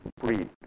breed